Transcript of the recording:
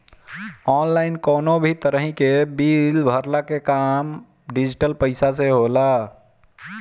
online कवनो भी तरही कअ बिल भरला कअ काम डिजिटल पईसा से होला